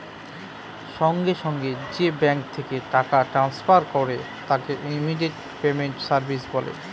সঙ্গে সঙ্গে যে ব্যাঙ্ক থেকে টাকা ট্রান্সফার করে তাকে ইমিডিয়েট পেমেন্ট সার্ভিস বলে